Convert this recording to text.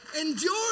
Endure